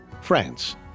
France